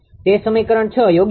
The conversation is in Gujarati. તે સમીકરણ 6 યોગ્ય છે